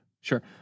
sure